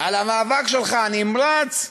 על המאבק הנמרץ שלך,